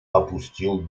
опустил